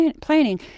planning